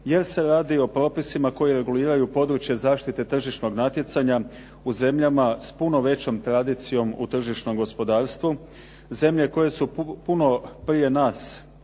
jer se radi o propisima koji reguliraju područje zaštite tržišnog natjecanja u zemljama s puno većom tradicijom u tržišnom gospodarstvu, zemlje koje su puno prije nas prošle